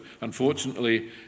unfortunately